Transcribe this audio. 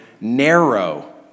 narrow